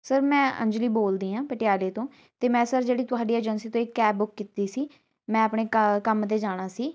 sir ਮੈਂ ਅੰਜਲੀ ਬੋਲਦੀ ਹਾਂ ਪਟਿਆਲੇ ਤੋਂ ਅਤੇ ਮੈਂ ਸਰ ਜਿਹੜੀ ਤੁਹਾਡੀ ਏਜੰਸੀ ਤੋਂ ਇੱਕ ਬੁੱਕ ਕੀਤੀ ਸੀ ਮੈਂ ਆਪਣੇ ਕ ਕੰਮ 'ਤੇ ਜਾਣਾ ਸੀ